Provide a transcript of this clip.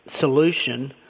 Solution